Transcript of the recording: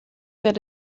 that